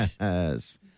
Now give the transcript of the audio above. Yes